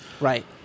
Right